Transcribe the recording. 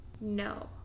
No